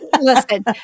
Listen